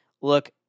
Look